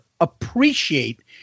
appreciate